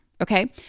Okay